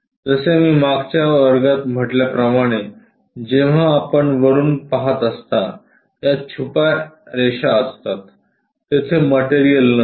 जसे मी मागच्या वर्गात म्हटल्याप्रमाणे जेव्हा आपण वरुन पहात असता या छुप्या रेषा असतात तेथे मटेरियल नसते